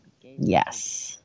Yes